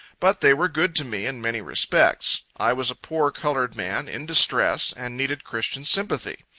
but they were good to me in many respects. i was a poor colored man, in distress, and needed christian sympathy.